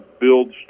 builds